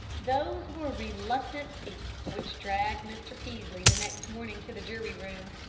those were reluctant feet which dragged mr. peaslee the next morning to the jury-room.